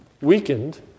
weakened